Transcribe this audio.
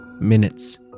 minutes